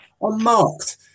unmarked